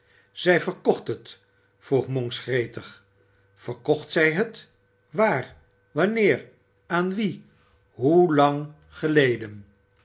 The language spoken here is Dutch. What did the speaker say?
zij verkocht het vroeg monks gretig verkocht zij het waar wanneer aan wien hoelang geleden